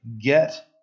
get